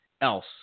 else